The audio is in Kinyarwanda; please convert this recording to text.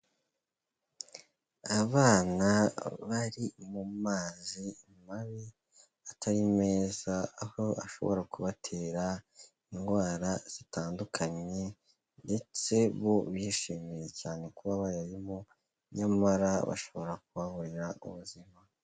Abana bari mu mazi mabi atari meza, aho ashobora kubatera indwara zitandukanye ndetse bo bishimye cyane kuba bayarimo, nyamara bashobora kuhaburira ubuzima.